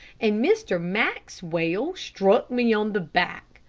and mr. maxwell struck me on the back,